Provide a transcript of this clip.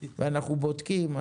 אנחנו בודקים,